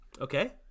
Okay